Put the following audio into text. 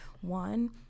One